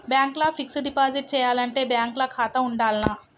Bank ల fixed deposit చేయాలంటే bank ల ఖాతా ఉండాల్నా?